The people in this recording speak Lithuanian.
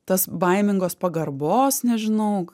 tas baimingos pagarbos nežinau